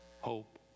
hope